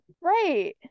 Right